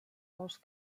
dels